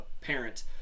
parent